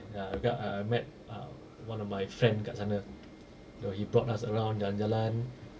ya agak I met uh one of my friend kat sana so he brought us around jalan-jalan